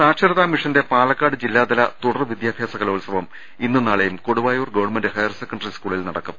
സാക്ഷരതാ മിഷന്റെ പാലക്കാട് ജില്ലാതല തുടർവിദ്യാഭ്യാസ കലോത്സവം ഇന്നും നാളെയും കൊടുവായൂർ ഗവൺമെന്റ് ഹയർ സെക്കന്ററി സ്കൂളിൽ നടക്കും